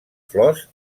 flors